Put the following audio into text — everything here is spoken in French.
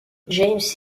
james